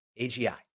AGI